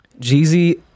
Jeezy